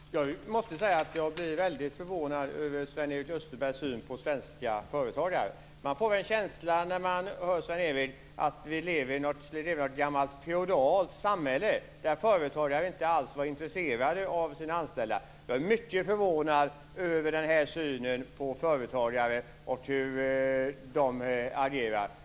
Fru talman! Jag måste säga att jag blir väldigt förvånad över Sven-Erik Österbergs syn på svenska företagare. När man hör Sven-Erik får man en känsla av att vi lever i ett gammalt feodalt samhälle där företagare inte alls var intresserade av sina anställda. Jag är mycket förvånad över denna syn på företagare och hur de agerar.